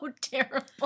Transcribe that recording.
terrible